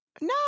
No